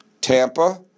Tampa